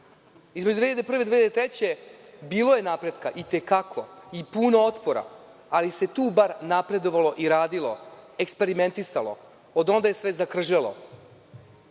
Između 2001. i 2003. godine bilo je napretka itekako i puno otpora, ali se tu bar napredovalo i radilo, eksperimentisalo. Od onda je sve zakržljalo.